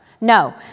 No